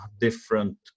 different